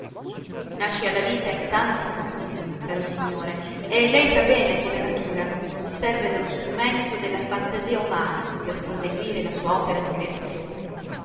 si nasce alla vita in tanti modi caro signore e lei sa bene che la natura si serve dello strumento della fantasia umana per proseguire la sua opera di creazione